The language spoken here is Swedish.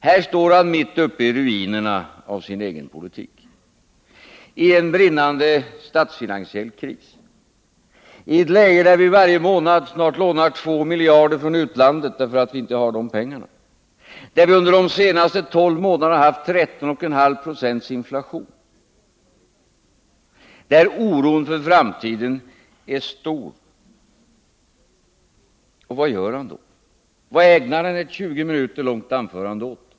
Han står mitt uppe i ruinerna av sin egen politik, i en brinnande statsfinansiell kris, i ett läge där vi varje månad lånar snart 2 miljarder kronor från utlandet för att vi inte själva har dessa pengar, där vi kan konstatera att vi under de senaste tolv månaderna haft en inflation på 13,5 20 och där oron för framtiden är stor. Vad gör han då? Vad ägnar han ett 20 minuter långt anförande åt?